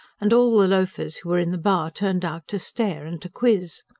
and all the loafers who were in the bar turned out to stare and to quiz.